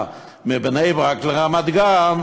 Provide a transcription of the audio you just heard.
על ממשלת ישראל, על המדיניות,